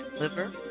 liver